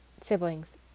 siblings